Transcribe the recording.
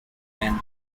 and